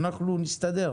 אנחנו נסתדר,